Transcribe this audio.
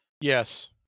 Yes